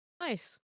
Nice